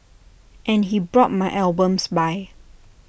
and he brought my albums by